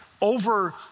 over